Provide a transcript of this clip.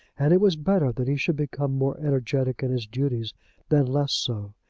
and it was better that he should become more energetic in his duties than less so.